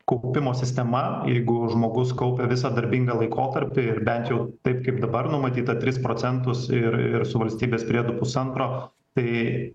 kaupimo sistema jeigu žmogus kaupia visą darbingą laikotarpį ir bent jau taip kaip dabar numatyta tris procentus ir ir su valstybės priedu pusantro tai